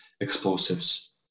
explosives